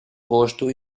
rosto